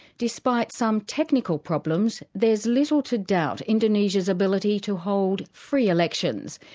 despite some technical problems there's little to doubt indonesia's ability to hold free elections,